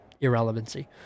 irrelevancy